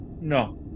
No